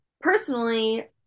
personally